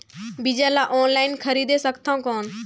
बीजा ला ऑनलाइन खरीदे सकथव कौन?